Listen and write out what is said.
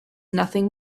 nothing